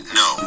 no